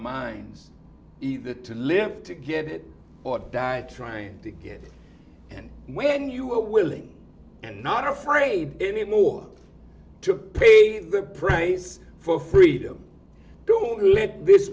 minds either to live to get it or die trying to get and when you are willing and not afraid anymore to pay the price for freedom don't let this